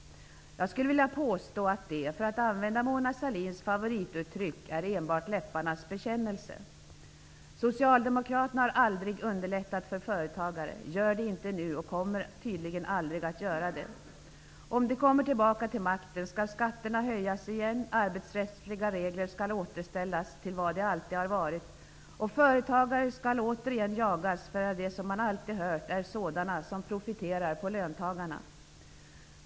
Jag skulle vilja påstå att det enbart är en läpparnas bekännelse, för att använda Mona Sahlins favorituttryck. Socialdemokraterna har aldrig underlättat för företagare, gör det inte nu och kommer tydligen aldrig att göra det. Om partiet kommer tillbaka till makten skall skatterna höjas igen, arbetsrättsliga regler återställas till vad de alltid har varit och företagare återigen jagas, eftersom de profiterar på löntagarna. Det har man alltid hört.